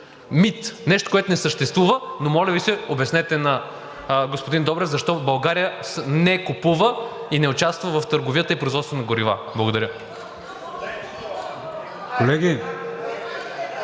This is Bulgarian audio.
Мит е нещо, което не съществува, но моля Ви, обяснете на господин Добрев защо България не купува и не участва в търговията и производството на горива. Благодаря. (Шум и